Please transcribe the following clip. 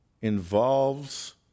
involves